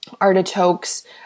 artichokes